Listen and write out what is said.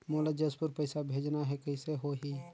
मोला जशपुर पइसा भेजना हैं, कइसे होही?